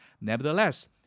Nevertheless